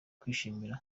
kwishimira